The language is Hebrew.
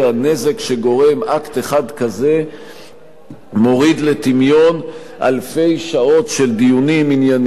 הנזק שגורם אקט אחד כזה מוריד לטמיון אלפי שעות של דיונים ענייניים